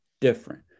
different